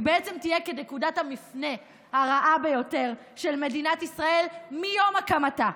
היא בעצם תהיה נקודת המפנה הרעה ביותר של מדינת ישראל מיום הקמתה.